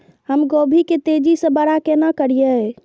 हम गोभी के तेजी से बड़ा केना करिए?